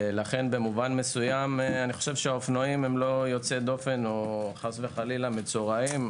לכן במובן מסוים האופנועים לא יוצאי דופן או חלילה מצורעים.